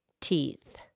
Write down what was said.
teeth